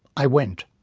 i went.